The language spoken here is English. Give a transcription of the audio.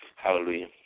Hallelujah